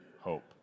hope